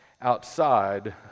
outside